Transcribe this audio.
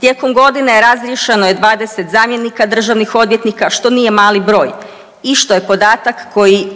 Tijekom godine je razriješeno je 20 zamjenika državnih odvjetnika, što nije mali broj i što je podatak koji